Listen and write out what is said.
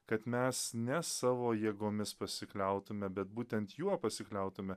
kad mes ne savo jėgomis pasikliautume bet būtent juo pasikliautume